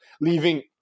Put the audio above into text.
leaving